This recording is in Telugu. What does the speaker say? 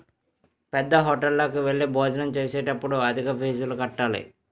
పేద్దహోటల్లోకి వెళ్లి భోజనం చేసేటప్పుడు అధిక ఫీజులు కట్టాలి